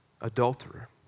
adulterer